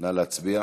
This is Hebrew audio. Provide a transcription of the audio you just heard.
נא להצביע.